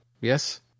Yes